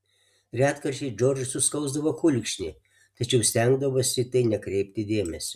retkarčiais džordžui suskausdavo kulkšnį tačiau stengdavosi į tai nekreipti dėmesio